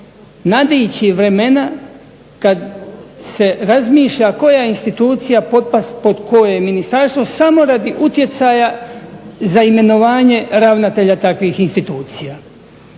nadići vremena kad se razmišlja koja institucija potpast pod koje ministarstvo samo radi utjecaja za imenovanje ravnatelja takvih institucija.